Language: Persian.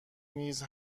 نیز